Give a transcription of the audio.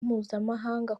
mpuzamahanga